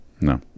no